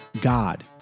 God